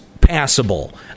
passable